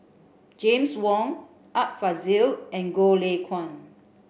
James Wong Art Fazil and Goh Lay Kuan